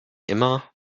immer